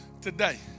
today